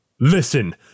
listen